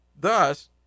Thus